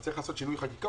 צריך לעשות שינוי חקיקה,